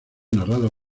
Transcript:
narrado